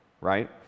right